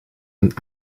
een